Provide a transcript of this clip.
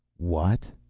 what?